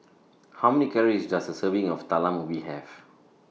How Many Calories Does A Serving of Talam Ubi Have